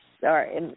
Sorry